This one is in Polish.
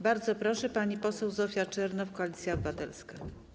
Bardzo proszę, pani poseł Zofia Czernow, Koalicja Obywatelska.